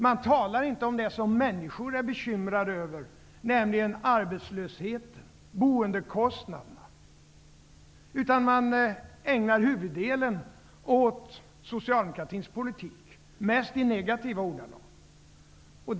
Den talar inte om det som människor är bekymrade över, nämligen arbetslösheten och boendekostnaderna, utan den ägnar huvuddelen åt socialdemokratins politik, mest i negativa ordalag.